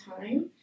time